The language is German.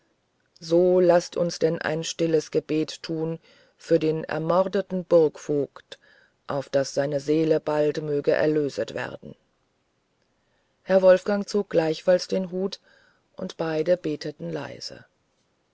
so laßt uns denn ein stilles gebet tun für den ermordeten burgvogt auf daß seine seele bald möge erlöset werden herr wolfgang zog gleichfalls den hut und beide beteten leise